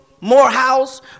Morehouse